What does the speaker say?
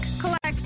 collect